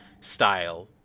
style